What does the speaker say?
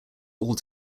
all